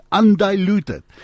undiluted